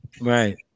Right